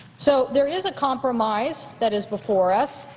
so there is a compromise that is before us,